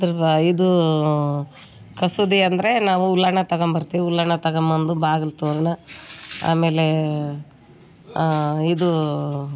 ಇದ್ರು ದ ಇದು ಕಸೂತಿ ಅಂದರೆ ನಾವು ಉಲ್ಲಾಣ ತಗೋಂಬರ್ತೀವ್ ಉಲ್ಲಾಣ ತಗೋಬಂದು ಬಾಗಿಲ್ ತೋರಣ ಆಮೇಲೇ ಇದೂ